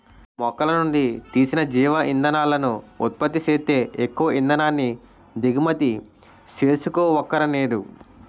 మొక్కలనుండి తీసిన జీవ ఇంధనాలను ఉత్పత్తి సేత్తే ఎక్కువ ఇంధనాన్ని దిగుమతి సేసుకోవక్కరనేదు